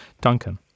Duncan